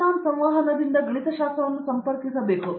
ಅರಂದಾಮ Singh Vernon ಸಂವಹನದಿಂದ ಗಣಿತಶಾಸ್ತ್ರವನ್ನು ಸಂಪರ್ಕಿಸಬೇಕು